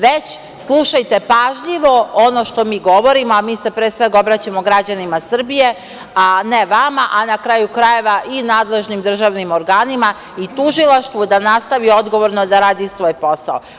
Već, slušajte pažljivo ono što mi govorimo, a mi se, pre svega, obraćamo građanima Srbije, a ne vama, a na kraju krajeva, i nadležnim državnim organima i tužilaštvu da nastavi odgovorno da radi svoj posao.